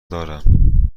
دارم